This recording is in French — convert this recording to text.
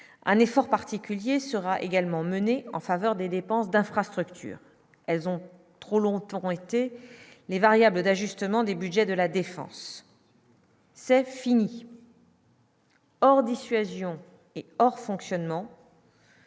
Un effort particulier sera également menée en faveur des dépenses d'infrastructures, elles ont trop longtemps été les variables d'ajustement des Budgets de la défense, c'est fini. Or, dissuasion et hors fonctionnement.